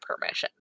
permission